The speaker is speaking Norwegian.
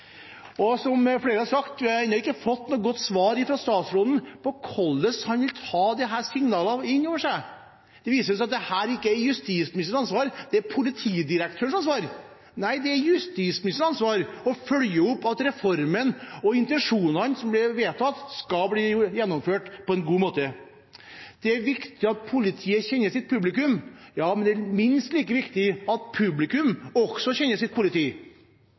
Som flere har sagt: Vi har ennå ikke fått noe godt svar fra statsråden på hvordan han vil ta disse signalene inn over seg. Det vises til at dette ikke er justisministerens ansvar, at det er politidirektørens ansvar. Nei, det er justisministerens ansvar å følge opp at reformen og intensjonene som ble vedtatt, skal bli gjennomført på en god måte. Det er viktig at politiet kjenner sitt publikum. Ja, men det er minst like viktig at publikum også kjenner sitt politi.